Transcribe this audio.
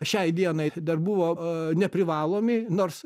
šiai dienai dar buvo neprivalomi nors